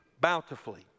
bountifully